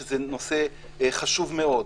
שזה נושא חשוב מאוד,